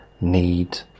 need